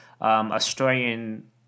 Australian